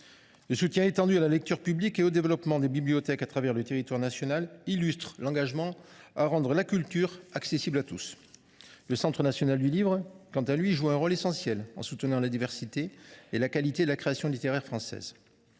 Le soutien étendu à la lecture publique et au développement des bibliothèques sur l’ensemble du territoire national illustre l’engagement à rendre la culture accessible à tous. Le Centre national du livre joue, lui aussi, un rôle essentiel de soutien à la diversité et à la qualité de la création littéraire française.